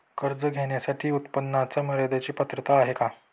कर्ज घेण्यासाठी उत्पन्नाच्या मर्यदेची पात्रता आहे का?